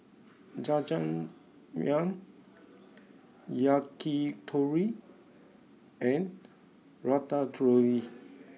Jajangmyeon Yakitori and Ratatouille